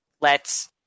lets